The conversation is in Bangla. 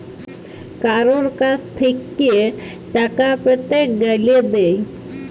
কারুর কাছ থেক্যে টাকা পেতে গ্যালে দেয়